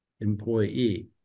employee